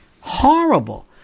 Horrible